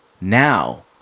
now